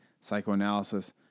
psychoanalysis